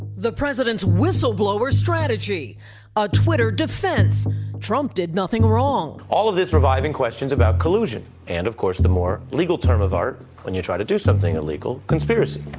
the president's whistle blower strategy a twitter defense trump did nothing wrong. all of this reviving questions about collusion and of course the more legal term of art when you try to do something illegal conspiracy